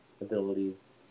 abilities